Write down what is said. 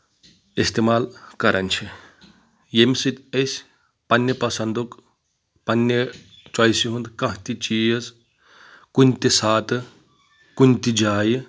اِستعمال کران چھِ ییٚمہِ سۭتۍ أسۍ پنٕنہِ پسنٛدُک پنٕنہِ چویسہِ ہُنٛد کانٛہہ تہِ چیٖز کُنہِ تہِ ساتہٕ کُنہِ تہِ جایہِ